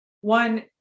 one